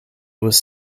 was